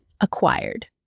acquired